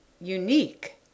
unique